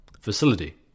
facility